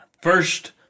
first